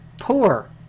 poor